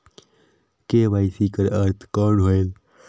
KYC कर अर्थ कौन होएल?